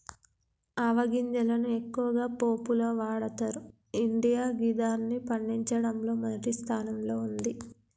ఆవ గింజలను ఎక్కువగా పోపులో వాడతరు ఇండియా గిదాన్ని పండించడంలో మొదటి స్థానంలో ఉంది